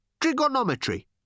trigonometry